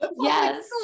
yes